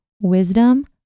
wisdom